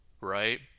right